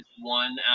one